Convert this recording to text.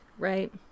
Right